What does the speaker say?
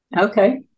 Okay